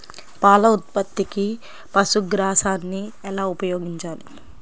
పాల ఉత్పత్తికి పశుగ్రాసాన్ని ఎలా ఉపయోగించాలి?